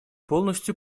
полностью